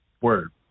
Word